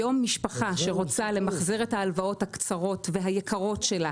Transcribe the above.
היום משפחה שרוצה למחזר את ההלוואות הקצרות והיקרות שלה